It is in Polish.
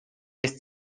jest